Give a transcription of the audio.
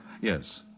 Yes